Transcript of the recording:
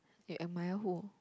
you admire who